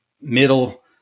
middle